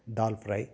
ದಾಲ್ fry